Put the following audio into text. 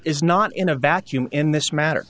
is not in a vacuum in this matter